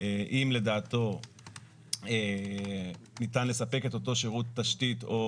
אם לדעתו ניתן לספק את אותו שירות תשתית או